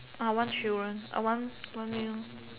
I want children I want one male